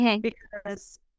because-